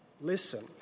listen